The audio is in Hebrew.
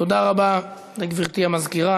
תודה רבה לגברתי המזכירה.